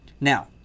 Now